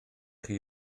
chi